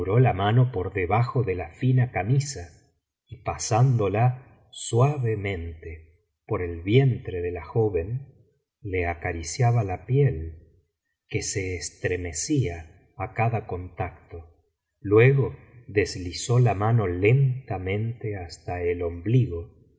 la mano por debajo de la fina camisa y pasándola suavemente por el vientre de la joven le acariciaba la piel que se estremecía á cada contacto luego deslizó la mano lentamente hasta el ombligo